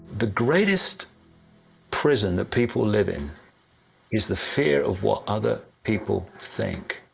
the greatest prison that people live in is the fear of what other people think.